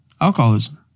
alcoholism